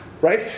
Right